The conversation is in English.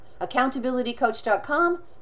accountabilitycoach.com